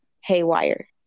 haywire